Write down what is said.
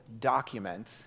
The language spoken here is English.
document